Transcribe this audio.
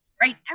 right